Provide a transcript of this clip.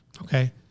Okay